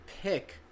pick